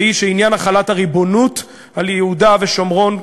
והיא שעניין החלת הריבונות על יהודה ושומרון,